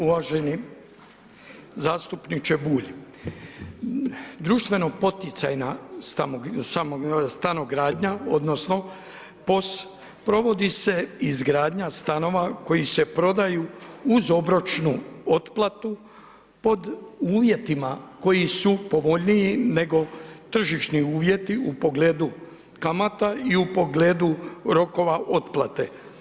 Uvaženi zastupniče Bulj, društveno poticajno stanogradnja odnosno POS, provodi se izgradnja stanova koji se prodaju uz obročnu otplatu pod uvjetima koji su povoljniji nego tržišni uvjeti u pogledu kamata i u pogledu rokova otplate.